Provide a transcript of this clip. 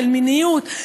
של מיניות,